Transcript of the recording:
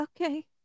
Okay